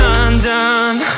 undone